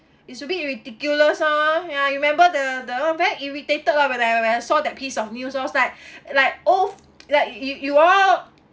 it's a bit ridiculous ah ya you remember the the one back irritated ah when I when I saw that piece of news I was like like oh like you you all